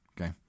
Okay